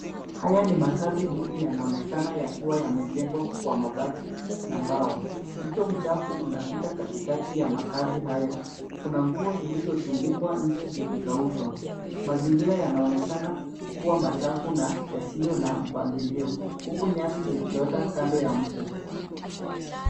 Haya ni makazi duni, yanaonekana yakiwa yamejengwa kwa mabati na mbao. Mto mchafu unapita katikati ya makazi hayo. Kuna nguo zilizotundikwa nje zikikaushwa. Mazingira yanaonekana kuwa machafu na yasiyo na mpangilio huku nyasi zikiota kando ya mto.